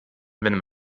wenn